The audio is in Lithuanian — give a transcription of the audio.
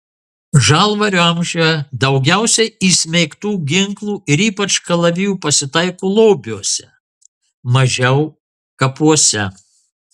žalvario amžiuje daugiausiai įsmeigtų ginklų ir ypač kalavijų pasitaiko lobiuose mažiau kapuose